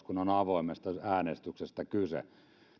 kun on avoimesta äänestyksestä kyse